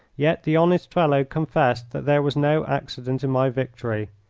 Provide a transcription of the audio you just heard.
yet the honest fellow confessed that there was no accident in my victory.